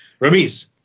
Ramiz